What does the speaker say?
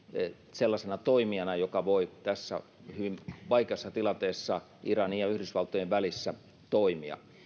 sellaisena toimijana joka voi tässä hyvin vaikeassa tilanteessa iranin ja yhdysvaltojen välissä toimia täällä